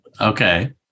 Okay